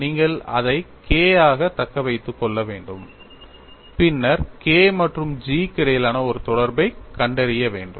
நீங்கள் அதை K ஆக தக்க வைத்துக் கொள்ள வேண்டும் பின்னர் K மற்றும் G க்கு இடையிலான ஒரு தொடர்பைக் கண்டறிய வேண்டும்